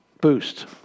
boost